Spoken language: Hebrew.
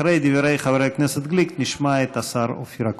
אחרי דברי חבר הכנסת גליק נשמע את השר אופיר אקוניס.